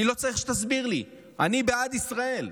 אני לא צריך שתסביר לי, אני בעד ישראל.